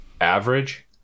average